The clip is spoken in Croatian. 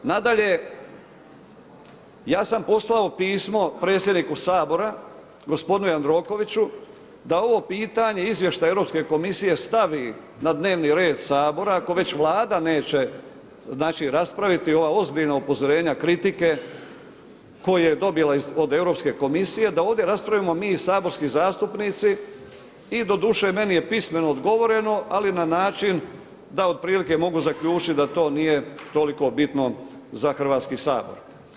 Nadalje, ja sam poslao pismo predsjedniku Sabora gospodinu Jandrokoviću da ovo pitanje izvještaj Europske komisije stavi na dnevni red Sabora ako već Vlada neće raspraviti ova ozbiljna upozorenja, kritike koje je dobila od Europske komisije, da ovdje raspravimo mi saborski zastupnici i doduše meni je pismeno odgovoreno, ali na način da otprilike mogu zaključiti da to nije toliko bitno za Hrvatski sabor.